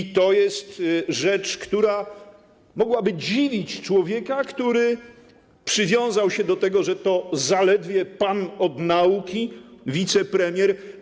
I to jest rzecz, która mogłaby dziwić człowieka, który przywiązał się do tego, że to zaledwie pan od nauki, wicepremier.